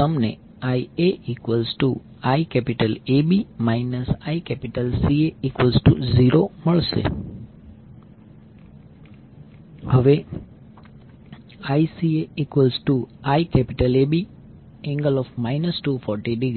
તેથી અહીં જો તમે KCL લાગુ કરો તો તમને IaIAB ICA0